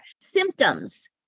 Symptoms